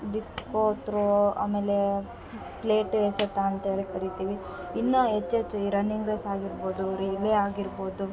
disco throw ಆಮೇಲೆ plate ಎಸೆತ ಅಂತ್ಹೇಳಿ ಕರಿತೀವಿ ಇನ್ನ ಹೆಚ್ಚೆಚ್ಚು ಈ ರನ್ನಿಂಗ್ ರೇಸ್ ಆಗಿರ್ಬೌದು ರೀಲೆ ಆಗಿರ್ಬೌದು